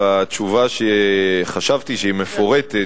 בתשובה שחשבתי שהיא מפורטת,